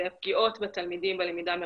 הפגיעות בתלמידים בלמידה מרחוק.